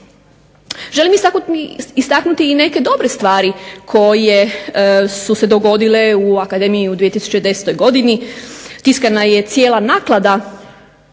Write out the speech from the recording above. Želim istaknuti i neke dobre stvari koje su se dogodile u akademiji u 2010. godini. Tiskana je cijela naklada